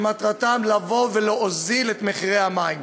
במטרה להוזיל את מחירי המים.